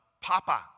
Papa